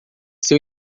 seu